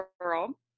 girl